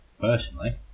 Personally